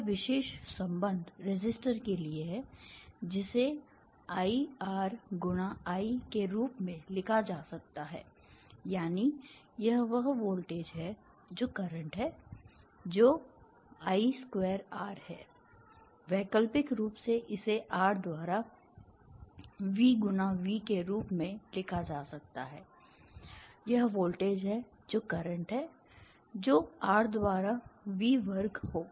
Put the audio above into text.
तो यह विशेष संबंध रेसिस्टर के लिए है जिसे I R × I के रूप में लिखा जा सकता है यानी यह वह वोल्टेज है जो करंट है जो I2R है वैकल्पिक रूप से इसे R द्वारा V × V के रूप में लिखा जा सकता है यह वोल्टेज है जो करंट है जो आर द्वारा V वर्ग होगा